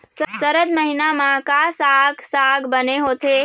सरद महीना म का साक साग बने होथे?